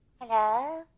Hello